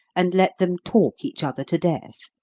and let them talk each other to death.